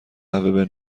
قهوه